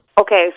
Okay